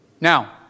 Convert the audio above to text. Now